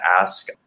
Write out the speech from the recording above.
ask